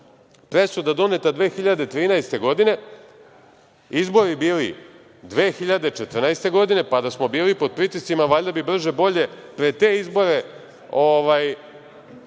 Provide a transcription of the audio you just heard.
itd. Presuda doneta 2013. godine, izbori bili 2014. godine, pa da smo bili pod pritiscima, valjda bi brže, bolje pred te izbore,